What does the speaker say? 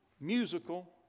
musical